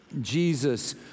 Jesus